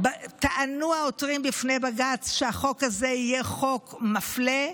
טענו העותרים בפני בג"ץ שהחוק הזה יהיה חוק מפלה,